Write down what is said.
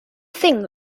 thing